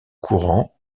courant